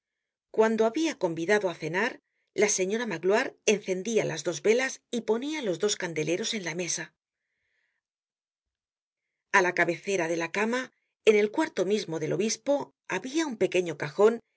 cuando habia convidado á cenar la señora magloire encendia las dos velas y ponia los dos candeleros en la mesa a la cabecera de la cama en el cuarto mismo del obispo habia un pequeño cajon en